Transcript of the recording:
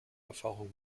erfahrung